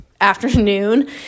afternoon